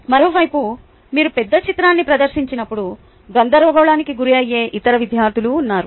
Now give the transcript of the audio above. మరోవైపు మీరు పెద్ద చిత్రాన్ని ప్రదర్శించినప్పుడు గందరగోళానికి గురయ్యే ఇతర విద్యార్థులు ఉన్నారు